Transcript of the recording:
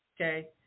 okay